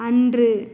அன்று